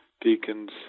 deacons